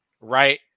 right